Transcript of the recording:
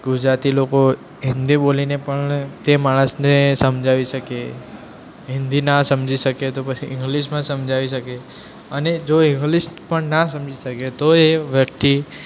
ગુજરાતી લોકો હિન્દી બોલીને પણ તે માણસને સમજાવી શકે હિન્દી ન સમજી શકે તો ઈન્ગલીસમાં સમજાવી શકે અને જો ઈન્ગલીસ પણ ના સમજી શકે તો એ વ્યક્તિ